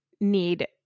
need